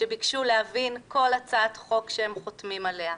שביקשו להבין כל הצעת חוק שהם חותמים עליה,